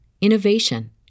innovation